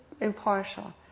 impartial